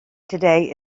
today